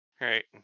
right